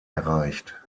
erreicht